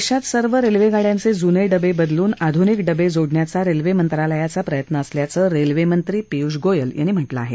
देशात सर्व रेल्वेगाड्यांचे जुने डबे बदलून आधुनिक डबे जोडण्याचा रेल्वे मंत्रालयाचा प्रयत्न असल्याचं रेल्वे मंत्री पियूष गोयल यांनी म्हटलं आहे